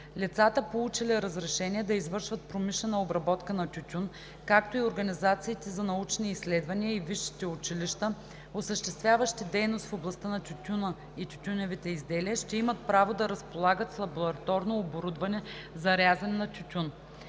Лицата, получили разрешение да извършват промишлена обработка на тютюн, както и организациите за научни изследвания и висшите училища, осъществяващи дейност в областта на тютюна и тютюневите изделия, ще имат право да разполагат с лабораторно оборудване за рязане на тютюн.